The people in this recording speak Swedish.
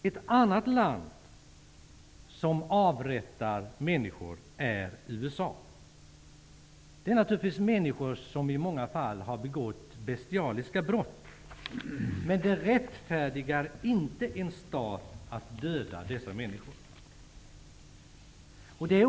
Ett annat land som avrättar människor är USA. Det är naturligtvis människor som i många fall har begått bestialiska brott. Men det rättfärdigar inte en stat att döda dessa människor.